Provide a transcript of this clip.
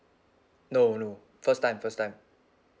no no first time first time